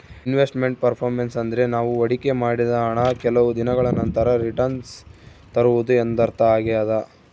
invest made performance ಅಂದ್ರೆ ನಾವು ಹೊಡಿಕೆ ಮಾಡಿದ ಹಣ ಕೆಲವು ದಿನಗಳ ನಂತರ ರಿಟನ್ಸ್ ತರುವುದು ಎಂದರ್ಥ ಆಗ್ಯಾದ